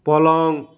पलङ